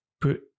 put